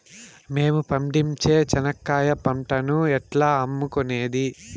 మేము పండించే చెనక్కాయ పంటను ఎట్లా అమ్ముకునేది?